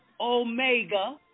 Omega